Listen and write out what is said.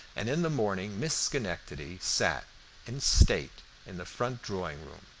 and in the morning miss schenectady sat in state in the front drawing-room,